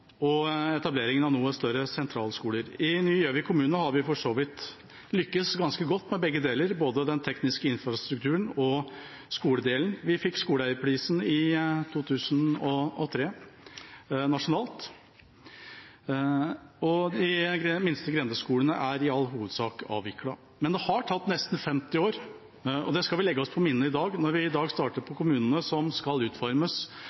og etableringen av noe større sentralskoler. I nye Gjøvik kommune har vi for så vidt lyktes ganske godt med begge deler, med både den tekniske infrastrukturen og skoledelen. Vi fikk den nasjonale Skoleeierprisen i 2003, og de minste grendeskolene er i all hovedsak avviklet. Men det har tatt nesten 50 år, og det skal vi legge oss på minnet når vi i dag starter på kommunene som skal utformes